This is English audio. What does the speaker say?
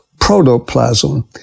protoplasm